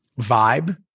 vibe